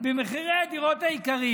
במחירי הדירות היקרים.